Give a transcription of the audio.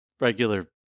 regular